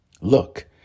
look